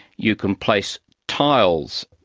you can place tiles,